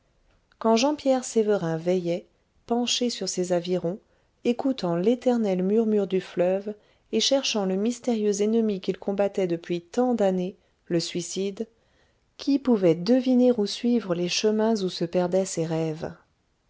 quand jean pierre sévérin veillait penché sur ses avirons écoutant l'éternel murmure du fleuve et cherchant le mystérieux ennemi qu'il combattait depuis tant d'années le suicide qui pouvait deviner ou suivre les chemins où se perdaient ses rêves